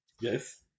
yes